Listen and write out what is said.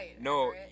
no